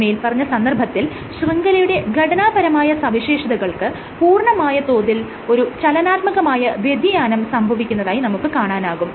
മേല്പറഞ്ഞ സന്ദർഭത്തിൽ ശൃംഖലയുടെ ഘടനാപരമായ സവിശേഷതകൾക്ക് പൂർണമായ തോതിൽ ഒരു ചലനാത്മകമായ വ്യതിയാനം സംഭവിക്കുന്നതായി നമുക്ക് കാണാനാകും